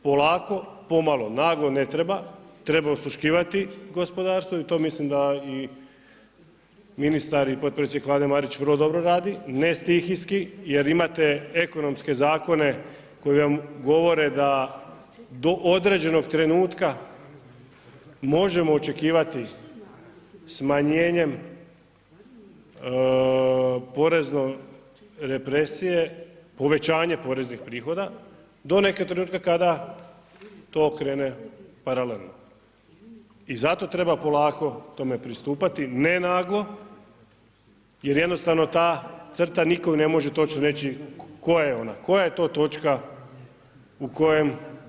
Polako, pomalo, naglo ne treba, treba osluškivati gospodarstvo i to mislim da i ministar i potpredsjednik Vlade Marić vrlo dobro radi, ne stihijski jer imate ekonomske zakone koji vam govore da do određenog trenutka možemo očekivati smanjenjem porezno represije povećanje poreznih prihoda do nekog trenutka kada to krene paralelno i zato treba polako tome pristupati, ne naglo jer jednostavno ta crta, nitko ju ne može točno reći tko je ona, koja je to točka u kojem…